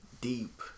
deep